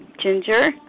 Ginger